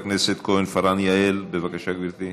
חברת הכנסת כהן-פארן יעל, בבקשה, גברתי.